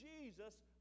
Jesus